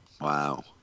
Wow